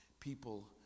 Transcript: people